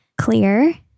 clear